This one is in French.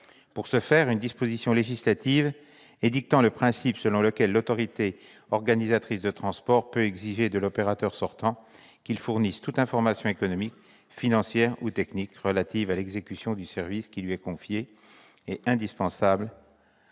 Pour ce faire, une disposition législative édictant le principe selon lequel l'autorité organisatrice de transport peut exiger de l'opérateur sortant qu'il fournisse toute information économique, financière ou technique relative à l'exécution du service qui lui est confié est indispensable,